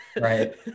Right